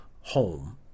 home